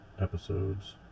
episodes